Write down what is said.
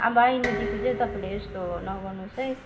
आबो आइन्दादेखि चाहिँ तपाईँले यास्तो नगर्नुहोस् है